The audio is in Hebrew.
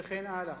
וכן הלאה.